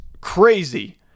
crazy